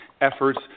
efforts